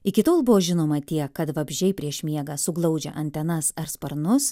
iki tol buvo žinoma tiek kad vabzdžiai prieš miegą suglaudžia antenas ar sparnus